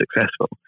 successful